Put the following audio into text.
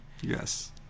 Yes